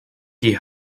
die